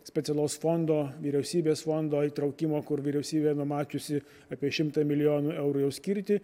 specialaus fondo vyriausybės fondo įtraukimo kur vyriausybė numačiusi apie šimtą milijonų eurų jau skirti